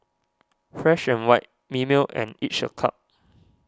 Fresh and White Mimeo and Each A Cup